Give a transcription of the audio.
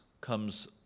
comes